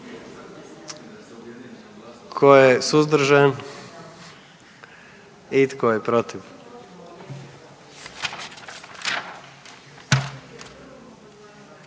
Tko je suzdržan? I tko je protiv?